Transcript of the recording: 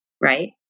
right